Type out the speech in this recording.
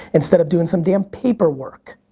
instead of doing some damn paper work.